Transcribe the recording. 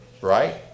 Right